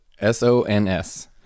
s-o-n-s